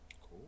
Cool